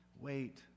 Wait